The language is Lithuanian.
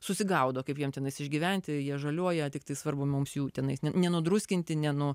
susigaudo kaip jiem ten išgyventi jie žaliuoja tiktai svarbu mums jų tenais nenudruskinti